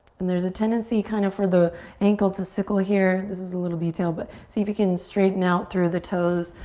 and there's a tendency kind of for the ankle to cycle here. this is a little detail but see if you can straighten out through the toes,